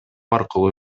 аркылуу